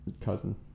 cousin